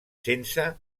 sense